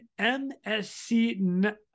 MSC